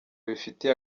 bifitiye